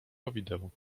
powideł